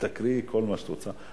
ותקריאי כל מה שאת רוצה,